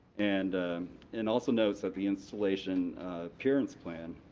and and also notes that the installation appearance plan,